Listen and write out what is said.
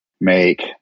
make